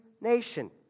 nation